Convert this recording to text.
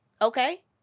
Okay